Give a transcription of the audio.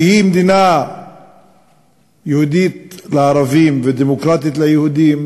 שהיא מדינה יהודית לערבים ודמוקרטית ליהודים,